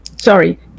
sorry